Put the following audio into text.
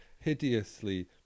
hideously